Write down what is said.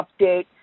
update